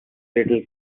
little